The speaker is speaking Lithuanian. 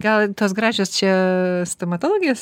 gal tos gražios čia stomatologės